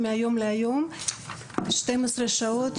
לפתוח עוד